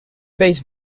base